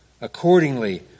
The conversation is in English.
accordingly